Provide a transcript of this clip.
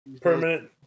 permanent